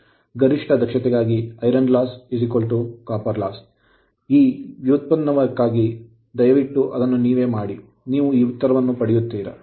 ಗರಿಷ್ಠ ದಕ್ಷತೆಗಾಗಿ iron loss copper loss ಈ ವ್ಯುತ್ಪನ್ನಕ್ಕಾಗಿ ದಯವಿಟ್ಟು ಅದನ್ನು ನೀವೇ ಮಾಡಿ ನೀವು ಈ ಉತ್ತರವನ್ನು ಪಡೆಯುತ್ತೀರಿ